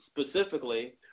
specifically